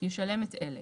ישלם את אלה